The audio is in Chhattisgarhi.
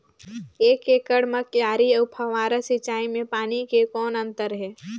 एक एकड़ म क्यारी अउ फव्वारा सिंचाई मे पानी के कौन अंतर हे?